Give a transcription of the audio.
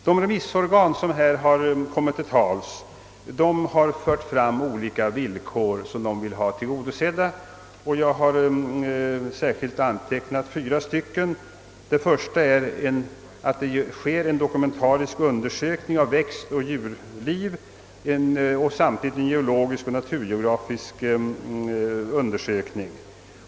De remissorgan som yttrat sig i denna fråga har framfört olika villkor som de vill ha tillgodosedda, och jag har särskilt antecknat fyra av dessa. Det första är att det skall genomföras en dokumentarisk undersökning av växtoch djurliv och samtidigt en naturgeografisk och geologisk undersökning.